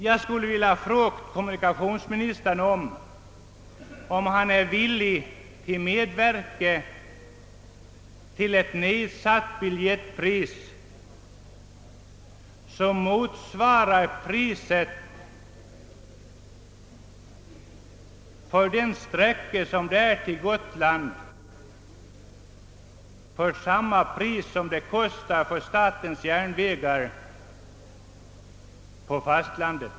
Jag skulle ha velat fråga kommunikationsministern om han är villig att medverka till en sådan nedsättning av biljettpriset att priset för resa med flyg till Gotland blir detsamma som för resa motsvarande sträcka med statens järnvägar på fastlandet.